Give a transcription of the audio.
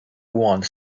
one